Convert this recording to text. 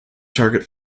target